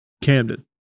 Camden